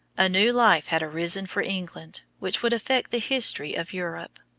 a new life had arisen for england, which would affect the history of europe.